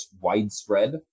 widespread